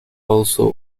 also